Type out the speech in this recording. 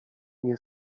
nie